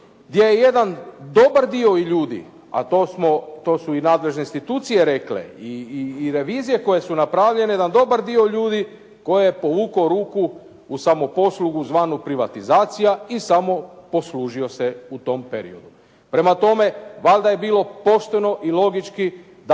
gdje jedan dobar ljudi, a to su i nadležne institucije rekle i revizije koje su napravljene, jedan dobar dio ljudi koji je povukao ruku u samoposlugu zvanu privatizacija i samoposlužio se u tom periodu. Prema tome, valjda je bilo pošteno i logički da